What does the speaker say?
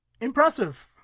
Impressive